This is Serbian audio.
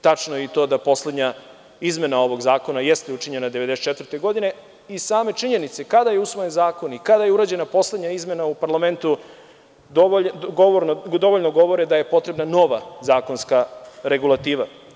Tačno je i to da poslednja izmena ovog zakona jeste učinjena 1994. godine i same činjenice kada je usvojen zakon i kada je urađena poslednja izmena u parlamentu dovoljno govore da je potrebna nova zakonska regulativa.